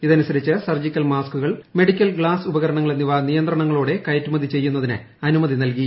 ഇതനുസരിച്ച് സർജിക്കൽ മാസ്കുകൾ medical glass ഉപകരണങ്ങൾ എന്നിവ നിയന്ത്രണങ്ങളോടെ കയറ്റുമതി ചെയ്യുന്നതിന് അനുമതി നൽകി